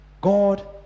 God